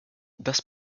das